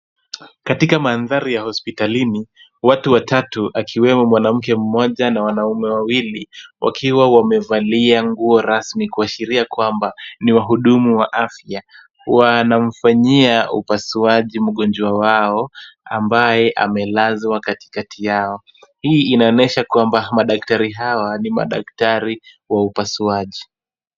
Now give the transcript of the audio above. Katika mandhari ya hospitalini, watu watatu akiwemo mwanamke mmoja na wanaume wawili, wakiwa wamevalia nguo rasmi kuashiria kwamba ni wahudumu wa afya. Wanamfanyia upasuaji mgonjwa wao ambaye amelazwa katikati yao. Hii inaonyesha kwamba madaktari hawa ni madaktari wa upasuaji.